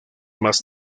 más